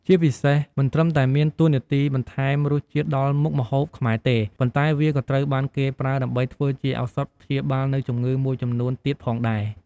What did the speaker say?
ជាពិសេស មិនត្រឹមតែមានតួនាទីបន្ថែមរសជាតិដល់មុខម្ហូបខ្មែរទេ ប៉ុន្តែវាក៏ត្រូវបានគេប្រើដើម្បីធ្វើជាឱសថព្យាបាលនូវជំងឺមួយចំនួនទៀតផងដែរ។